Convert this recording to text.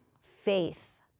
Faith